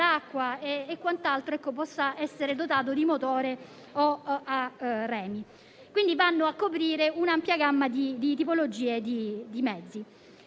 acqua e quant'altro possa essere dotato di motore o remi. Si va pertanto a coprire un'ampia gamma di tipologie di mezzi.